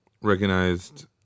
recognized